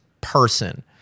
person